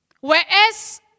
Whereas